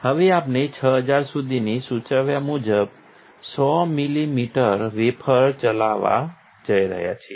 હવે આપણે 6000 સુધીની સૂચવ્યા મુજબ 100 મિલિમીટર વેફર ચલાવવા જઈ રહ્યા છીએ